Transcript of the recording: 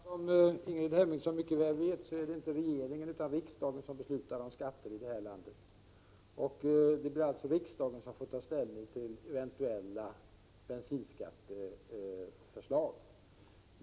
Herr talman! Som Ingrid Hemmingsson mycket väl vet är det inte regeringen utan riksdagen som beslutar om skatter i det här landet. Det blir alltså riksdagen som får ta ställning till eventuella bensinskatteförslag.